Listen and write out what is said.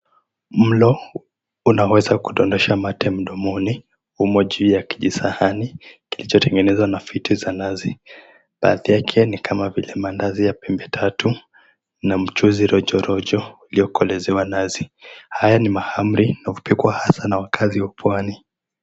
Mlo unaweza kudondosha mate mdomoni umo ju ya kijisahani kilichotengenezwa na fiti za nazi baadhi yake ni maandazi ya pembe tatu na mchuzi rojorojo uliokolezewa nazi, haya ni mahamri hupikwa haswa na wakaazi wa pwani.